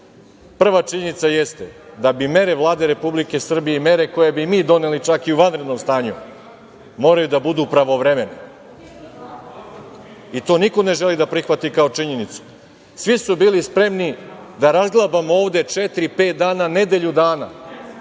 Prva činjenica jeste da bi mere Vlade Republike Srbije i mere koje bi mi doneli čak i u vanrednom stanju, moraju da budu pravovremene i to niko ne želi da prihvati kao činjenicu. Svi su bili spremni da razglabamo ovde četiri, pet dana, nedelju dana